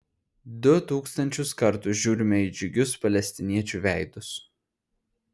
du tūkstančius kartų žiūrime į džiugius palestiniečių veidus